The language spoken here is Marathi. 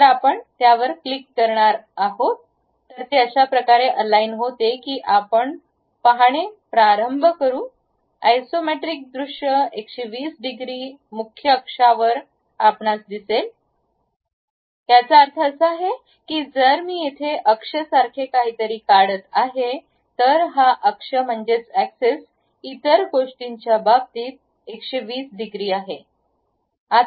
तर आपण क्लिक करणार असाल तर ते अशा प्रकारे अलाईन होते की आपण पाहणे प्रारंभ करू आयसोमेट्रिक दृष्य १२० डिग्री मुख्य अक्षरावर आपणास दिसेल याचा अर्थ असा आहे की जर मी येथे अक्ष सारखे काहीतरी काढत आहे तर हाअक्ष म्हणजे एक्सेस इतर गोष्टींच्या बाबतीत 120 डिग्री आहे